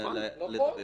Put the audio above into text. נכון, צודק לגמרי.